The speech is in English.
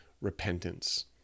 repentance